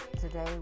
today